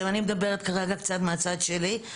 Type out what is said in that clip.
אני מדברת כרגע קצת מהצד שלי,